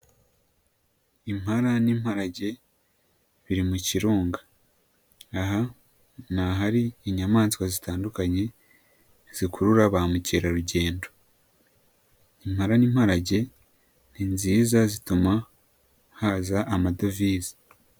Impara n'imparage biri mu kirunga, aha ni ahari inyamaswa zitandukanye zikurura ba mukerarugendo, impara n'imparage ni nziza zituma haza amadovize.